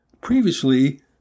Previously